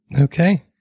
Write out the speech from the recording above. Okay